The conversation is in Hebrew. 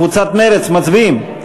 קבוצת מרצ, מצביעים?